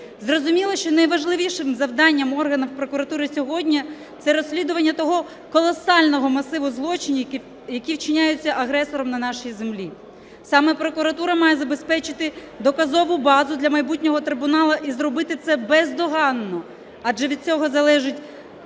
Зрозуміло, що найважливішим завданням органів прокуратури сьогодні – це розслідування того колосального масиву злочинів, які вчиняються агресором на нашій землі. Саме прокуратура має забезпечити доказову базу для майбутнього трибуналу і зробити це бездоганно, адже від цього залежить,